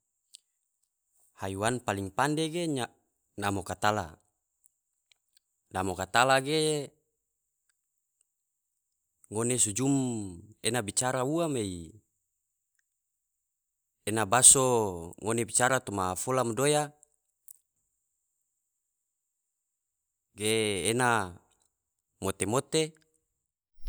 Haiwan paling pande ge namo katala, namo katala ge ngone sujum ena bicara ua mei ena baso ngone bicara toma fola madoya ge ena mote-mote.